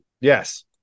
Yes